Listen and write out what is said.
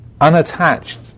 unattached